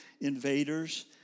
invaders